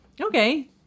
Okay